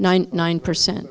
ninety nine percent